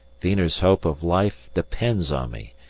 wiener's hope of life depends on me,